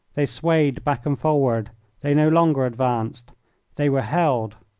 they swayed back and forward they no longer advanced they were held.